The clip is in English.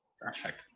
perfect